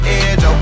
edge